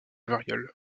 variole